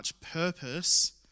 purpose